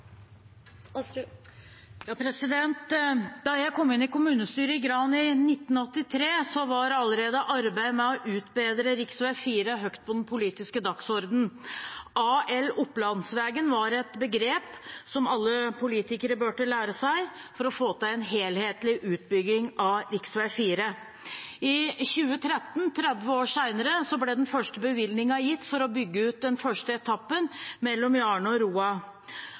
kom inn i kommunestyret i Gran i 1983, var arbeidet med å utbedre rv. 4 allerede høyt på den politiske dagsordenen. AL Opplandsvegen var et begrep som alle politikere burde lære seg for å få til en helhetlig utbygging av rv. I 2013, 30 år senere, ble den første bevilgningen gitt for å bygge ut den første etappen, mellom Jaren og Roa.